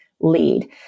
lead